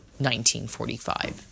1945